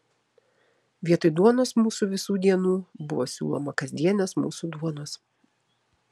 vietoj duonos mūsų visų dienų buvo siūloma kasdienės mūsų duonos